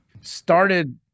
started